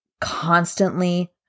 constantly